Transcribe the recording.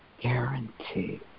guarantee